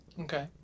okay